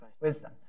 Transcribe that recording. wisdom